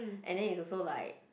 and then it's also like